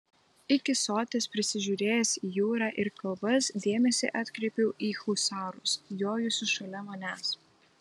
iki soties prisižiūrėjęs į jūrą ir kalvas dėmesį atkreipiau į husarus jojusius šalia manęs